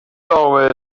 always